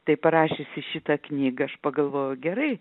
tai parašiusi šitą knygą aš pagalvojau gerai